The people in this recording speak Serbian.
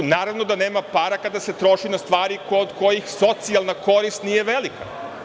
Naravno da nema para, kada se troši na stvari kod kojih socijalna korist nije velika.